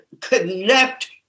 connect